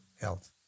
health